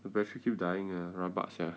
the battery keep ah rabak sia